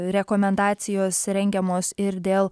rekomendacijos rengiamos ir dėl